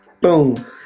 Boom